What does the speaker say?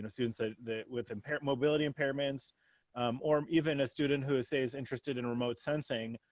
and students ah that with impaired mobility impairments or even a student who who says interested in remote sensing,